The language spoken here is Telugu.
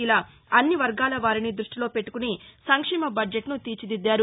ఇలా అన్నివర్గాల వారినీ దృష్టిలో పెట్టుకుని సంక్షేమ బద్జెట్ను తీర్చిదిద్దారు